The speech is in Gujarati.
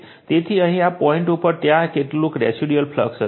તેથી અહીં આ પોઇન્ટ ઉપર ત્યાં કેટલોક રેસિડ્યુઅલ ફ્લક્સ હશે